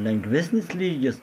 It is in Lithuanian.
lengvesnis lygis